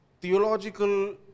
theological